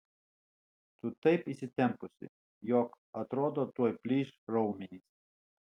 tu taip įsitempusi jog atrodo tuoj plyš raumenys